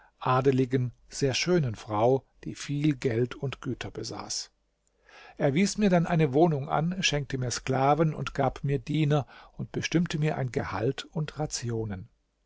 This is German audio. adeligen sehr schönen frau die viel geld und güter besaß er wies mir dann eine wohnung an schenkte mir sklaven und gab mir diener und bestimmte mir ein gehalt und rationen